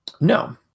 No